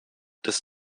des